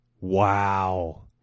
Wow